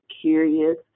curious